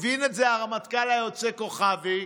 הבין את זה הרמטכ"ל היוצא כוכבי,